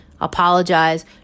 apologize